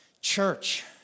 Church